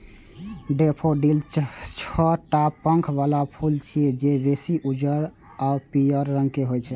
daffodil छह टा पंख बला फूल छियै, जे बेसी उज्जर आ पीयर रंग के होइ छै